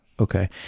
Okay